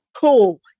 cool